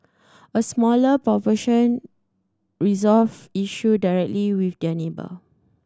a smaller proportion resolved issue directly with their neighbour